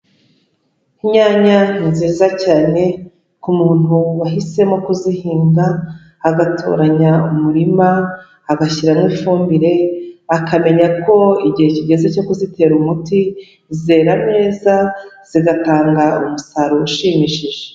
Inyanya ni nziza cyane ku muntu wahisemo kuzihinga, agatoranya umurima, agashyiramo ifumbire, akamenya ko igihe kigeze cyo kuzitera umuti, zera neza zigatanga umusaruro ushimishije.